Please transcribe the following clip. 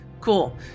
Cool